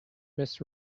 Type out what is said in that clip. mrs